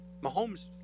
Mahomes